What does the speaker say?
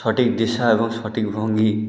সঠিক দিশা এবং সঠিক ভঙ্গি